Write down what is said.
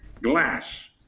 glass